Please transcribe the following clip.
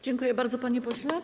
Dziękuję bardzo, panie pośle.